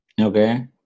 Okay